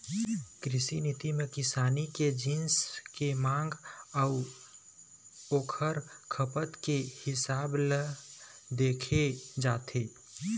कृषि नीति म किसानी के जिनिस के मांग अउ ओखर खपत के हिसाब ल देखे जाथे